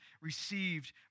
received